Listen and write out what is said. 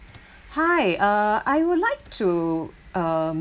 hi uh I would like to uh